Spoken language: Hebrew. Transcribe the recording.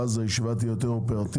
ואז הישיבה תהיה יותר אופרטיבית.